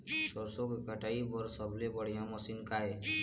सरसों के कटाई बर सबले बढ़िया मशीन का ये?